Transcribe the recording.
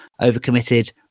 overcommitted